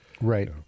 Right